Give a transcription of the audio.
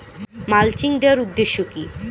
Mulching দেওয়ার উদ্দেশ্য কি?